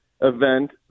event